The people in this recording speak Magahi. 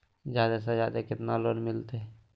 जादे से जादे कितना लोन मिलते?